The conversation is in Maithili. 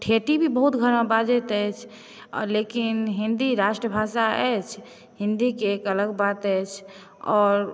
ठेठी भी बहुत घरमे बाजैत अछि लेकिन हिन्दी राष्ट्रभाषा अछि हिन्दीके एक अलग बात अछि आओर